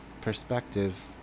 perspective